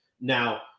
Now